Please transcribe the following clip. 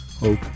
Hope